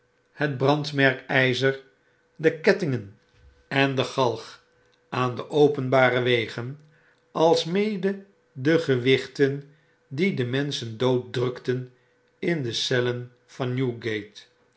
het brandmerkijzer mmmmmmmm overdrukken de kettingen en de galg aan de openbare wegen alsmede de gewichten die de menschen dood drukten in de cellen van